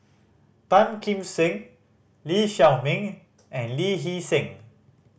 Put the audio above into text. Tan Kim Seng Lee Shao Meng and Lee Hee Seng